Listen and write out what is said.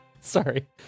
Sorry